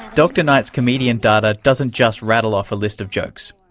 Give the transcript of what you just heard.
dr knight's comedian data doesn't just rattle off a list of jokes,